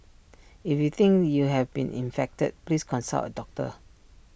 if you think you have been infected please consult A doctor